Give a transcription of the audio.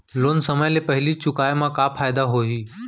Loan समय ले पहिली चुकाए मा का फायदा होही?